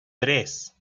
tres